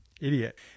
idiot